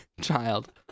child